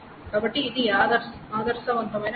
కాబట్టి ఇది ఆదర్శవంతమైన విషయం